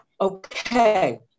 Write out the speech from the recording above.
Okay